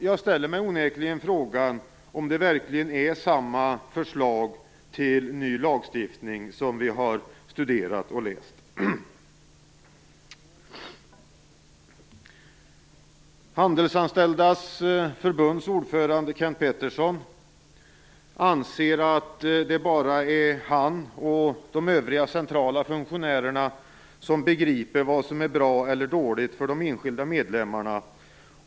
Jag ställer mig onekligen frågan om vi verkligen har studerat och läst samma förslag till ny lagstiftning. Pettersson anser att det bara är han och de övriga centrala funktionärerna som begriper vad som är bra och dåligt för de enskilda medlemmarna.